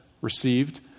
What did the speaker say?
received